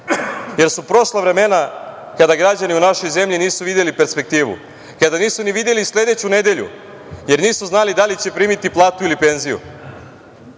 jer su prošla vremena kada građani u našoj zemlji nisu videli perspektivu, kada nisu videli ni sledeću nedelju, jer nisu znali da li će primite platu ili penziju,